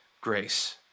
grace